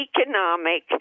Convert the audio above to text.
economic